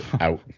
out